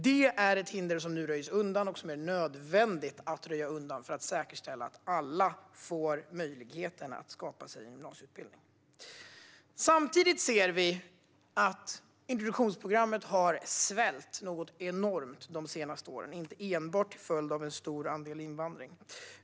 Detta hinder röjs nu undan, och det är nödvändigt att röja undan det för att säkerställa att alla ska kunna få en gymnasieutbildning. Samtidigt ser vi att introduktionsprogrammet har svällt något enormt de senaste åren. Det har inte enbart skett till följd av en stor andel invandring.